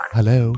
Hello